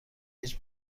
هیچ